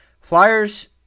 Flyers